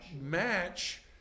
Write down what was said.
match